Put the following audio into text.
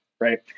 right